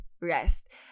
rest